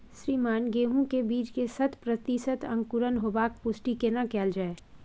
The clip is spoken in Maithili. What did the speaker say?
श्रीमान गेहूं के बीज के शत प्रतिसत अंकुरण होबाक पुष्टि केना कैल जाय?